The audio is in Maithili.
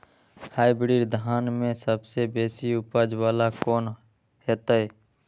हाईब्रीड धान में सबसे बेसी उपज बाला कोन हेते?